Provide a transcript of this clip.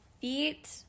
feet